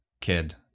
kid